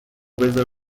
بزار